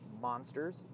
Monsters